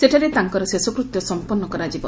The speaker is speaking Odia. ସେଠାରେ ତାଙ୍କର ଶେଷକୃତ୍ୟ ସମ୍ମନୁ କରାଯିବ